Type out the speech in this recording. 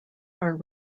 are